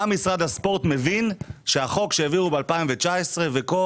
גם משרד הספורט מבין שהחוק שהעבירו ב-2019 וכל